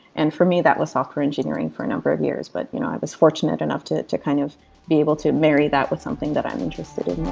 and for me, that was software engineering for a number of years. but you know i i was fortunate enough to to kind of be able to marry that with something that i'm interested in